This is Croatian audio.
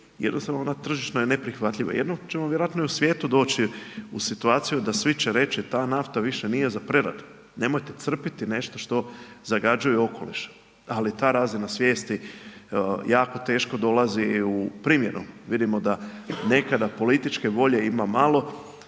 jednostavno ona tržišno je neprihvatljiva. Jednom ćemo vjerojatno i u svijetu doći u situaciju da svi će reći ta nafta više nije za preradu, nemojte crpiti nešto što zagađuje okoliš, ali ta razina svijesti jako teško dolazi i u primjenom, vidimo da nekada političke volje ima malo